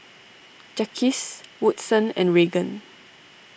Jacques Woodson and Regan